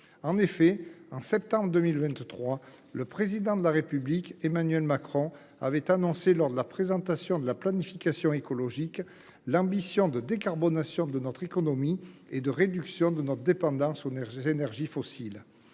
En septembre 2023, le Président de la République Emmanuel Macron avait annoncé lors de la conclusion du Conseil de planification écologique l’ambition de décarboner notre économie et de réduire notre dépendance aux énergies fossiles.